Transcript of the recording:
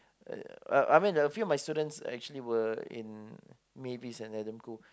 uh I I mean a few of my students were actually in Mavis and Adam-Khoo